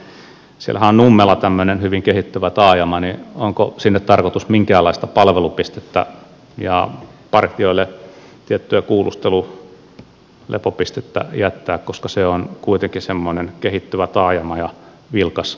kun siellähän on nummela tämmöinen hyvin kehittyvä taajama niin onko sinne tarkoitus minkäänlaista palvelupistettä ja partioille tiettyä kuulustelu lepopistettä jättää koska se on kuitenkin semmoinen kehittyvä taajama ja vilkas poliisitehtävien osalta